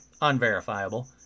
unverifiable